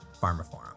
PharmaForum